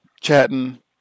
chatting